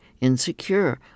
insecure